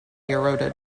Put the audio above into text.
eroded